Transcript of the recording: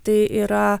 tai yra